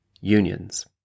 unions